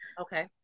okay